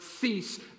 cease